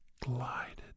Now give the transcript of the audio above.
glided